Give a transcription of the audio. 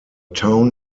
town